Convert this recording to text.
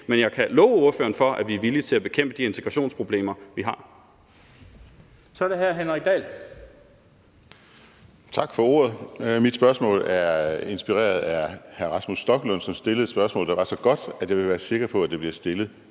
men jeg kan love spørgeren for, at vi er villige til at bekæmpe de integrationsproblemer, man har. Kl. 12:24 Den fg. formand (Bent Bøgsted): Så er det hr. Henrik Dahl. Kl. 12:24 Henrik Dahl (LA): Tak for ordet. Mit spørgsmål er inspireret af hr. Rasmus Stoklund, som stillede et spørgsmål, der var så godt, at jeg vil være sikker på, at det bliver stillet